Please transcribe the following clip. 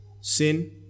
sin